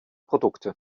produkte